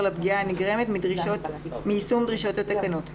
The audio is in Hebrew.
לפגיעה הנגרמת מיישום דרישות התקנות.